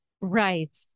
Right